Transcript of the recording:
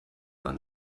waren